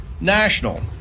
national